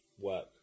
work